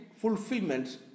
fulfillment